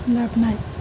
ৰাপ নাই